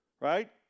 right